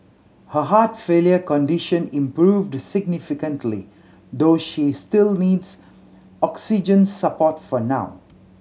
her heart failure condition improved significantly though she still needs oxygen support for now